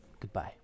goodbye